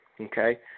Okay